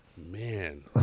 Man